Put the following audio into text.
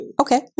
okay